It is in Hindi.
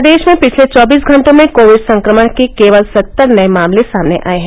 प्रदेश में पिछले चौबीस घटों में कोविड संक्रमण के केवल सत्तर नये मामले सामने आये हैं